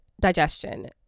digestion